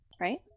right